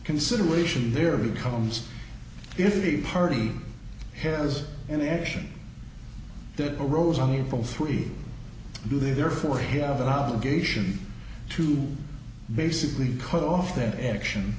consideration there becomes if indeed party has any action that arose on april three do they therefore have an obligation to basically cut off their action